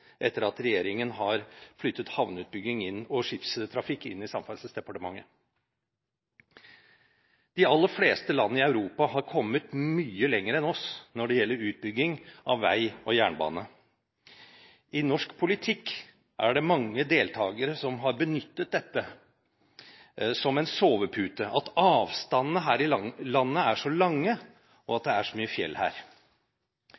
etter at regjeringen har flyttet havneutbygging og skipstrafikk inn i Samferdselsdepartementet. De aller fleste land i Europa har kommet mye lenger enn oss når det gjelder utbygging av vei og jernbane. I norsk politikk har mange deltakere benyttet dette som en sovepute; at avstandene her i landet er så lange, og at